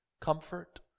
Comfort